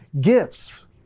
gifts